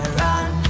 run